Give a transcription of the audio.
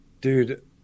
Dude